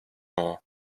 more